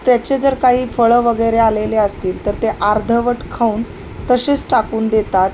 त्याचे जर काही फळं वगैरे आलेले असतील तर ते अर्धवट खाऊन तसेच टाकून देतात